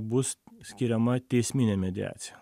bus skiriama teisminė mediacija